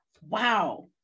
Wow